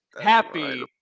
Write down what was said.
happy